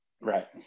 right